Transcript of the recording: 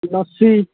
lassi